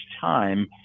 time